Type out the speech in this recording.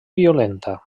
violenta